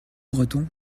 breton